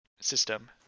system